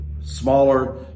smaller